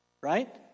Right